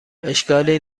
اشکالی